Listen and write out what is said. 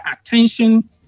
attention